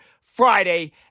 Friday